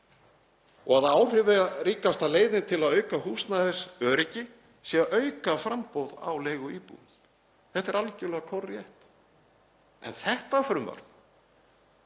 og að áhrifaríkasta leiðin til að auka húsnæðisöryggi sé að auka framboð á leiguíbúðum. Þetta er algerlega kórrétt. En þetta frumvarp